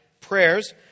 prayers